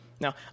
Now